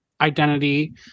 identity